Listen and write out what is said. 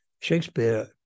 Shakespeare